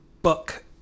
book